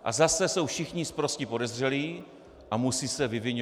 A zase jsou všichni sprostí podezřelí a musí se vyviňovat.